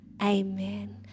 Amen